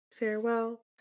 Farewell